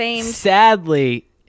Sadly